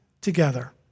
together